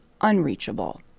unreachable